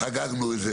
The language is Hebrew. חגגנו את זה,